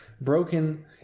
broken